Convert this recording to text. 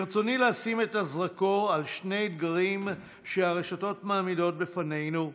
ברצוני לשים את הזרקור על שני אתגרים שהרשתות מעמידות בפנינו,